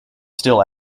still